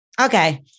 Okay